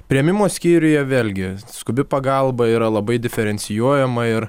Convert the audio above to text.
priėmimo skyriuje vėlgi skubi pagalba yra labai diferencijuojama ir